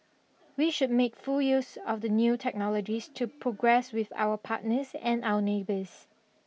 we should make full use of the new technologies to progress with our partners and our neighbours